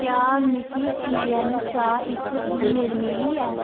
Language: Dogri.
क्या मिगी सी एन शा इक ईमेल मिली ऐ